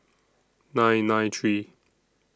nine nine three